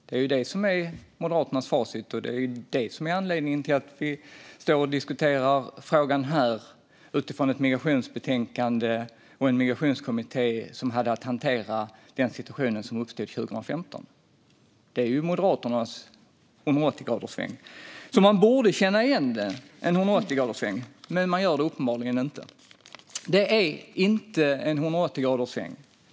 Det är ju det som är Moderaternas facit, och det är det som är anledningen till att vi står och diskuterar den här frågan utifrån ett migrationsbetänkande och en migrationskommitté som hade att hantera den situation som uppstod 2015. Detta är Moderaternas 180-graderssväng. Man borde känna igen en 180-graderssväng, men man gör det uppenbarligen inte. Vi har inte gjort någon 180-graderssväng.